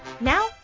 Now